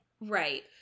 Right